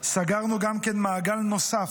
סגרנו גם מעגל נוסף,